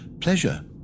Pleasure